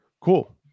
Cool